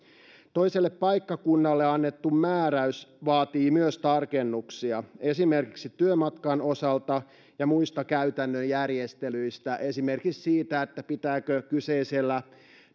toiselle paikkakunnalle annettu määräys vaatii tarkennuksia esimerkiksi työmatkan osalta ja muista käytännön järjestelyistä esimerkiksi siitä pitääkö kyseisellä